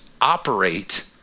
operate